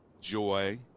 joy